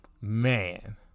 Man